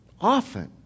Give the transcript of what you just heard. often